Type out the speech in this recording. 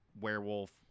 werewolf